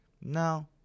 no